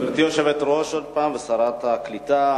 גברתי היושבת-ראש וגברתי שרת הקליטה,